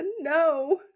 no